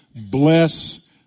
bless